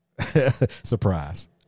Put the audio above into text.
surprise